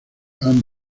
anne